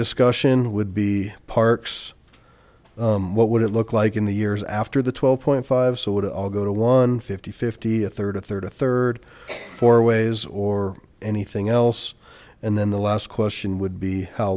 discussion would be parks what would it look like in the years after the twelve point five so would all go to one fifty fifty a third a third a third for ways or anything else and then the last question would be how